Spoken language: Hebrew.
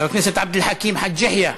חבר הכנסת עבד אל חכים חאג' יחיא,